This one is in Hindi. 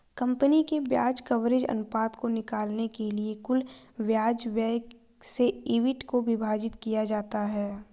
कंपनी के ब्याज कवरेज अनुपात को निकालने के लिए कुल ब्याज व्यय से ईबिट को विभाजित किया जाता है